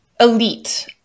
Elite